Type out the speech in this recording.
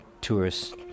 tourists